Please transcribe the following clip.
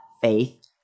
faith